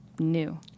new